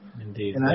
Indeed